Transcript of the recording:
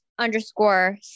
underscore